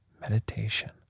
meditation